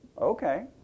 Okay